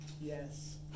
yes